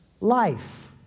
life